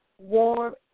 warm